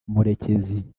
murekezi